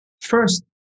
First